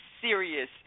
serious